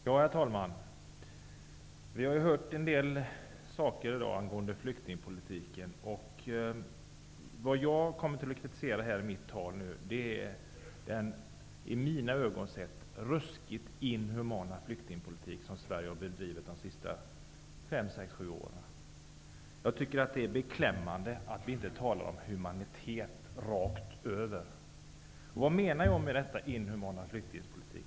Herr talman! Vi har ju hört en del saker angående flyktingpolitiken. Vad jag kommer att kritisera i mitt anförande är den i mina ögon ruskigt inhumana flyktingpolitik som Sverige har bedrivit de senaste sex sju åren. Jag tycker att det är beklämmande att vi inte talar om humanitet rakt över. Vad menar jag då med talet om inhuman flyktingpolitik?